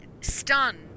stunned